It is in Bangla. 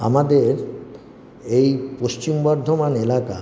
আমাদের এই পশ্চিম বর্ধমান এলাকা